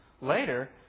later